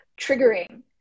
triggering